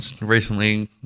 recently